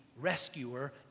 rescuer